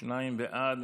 שניים בעד,